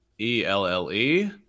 E-L-L-E